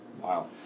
Wow